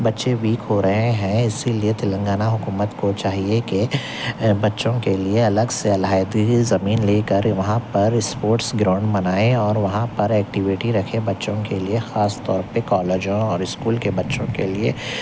بچے ویک ہو رہے ہیں اسی لیے تلنگانہ حکومت کو چاہیے کہ بچوں کے لیے الگ سے علیحدگی زمین لے كر وہاں پر اسپورٹس گراؤںڈ بنائے اور وہاں پر ایكٹیویٹی رکھے بچوں کے لیے خاص طور پر کالجوں اور اسکول کے بچوں کے لیے